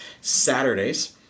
Saturdays